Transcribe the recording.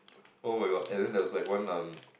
oh my god and then there was like one um